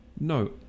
no